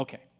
Okay